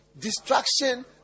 destruction